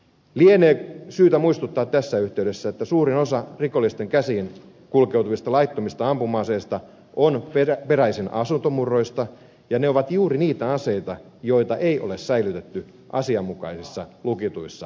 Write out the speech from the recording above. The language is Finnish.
lienee syytä muistuttaa tässä yhteydessä että suurin osa rikollisten käsiin kulkeutuvista laittomista ampuma aseista on peräisin asuntomurroista ja ne ovat juuri niitä aseita joita ei ole säilytetty asianmukaisissa lukituissa tiloissa